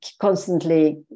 constantly